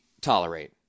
tolerate